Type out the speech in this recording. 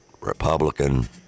Republican